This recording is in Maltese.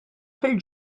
fil